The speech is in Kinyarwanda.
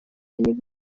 n’ibindi